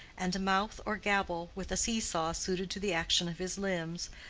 and mouth or gabble, with a see-saw suited to the action of his limbs,